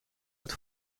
het